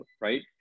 right